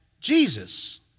Jesus